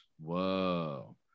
Whoa